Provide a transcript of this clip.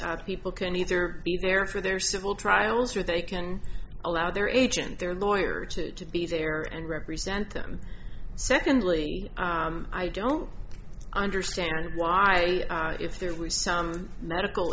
so people can either be there for their civil trials or they can allow their agent their lawyer to be there and represent them secondly i don't understand why if there was some medical